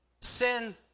Sin